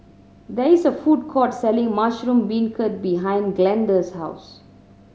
there is a food court selling mushroom beancurd behind Glenda's house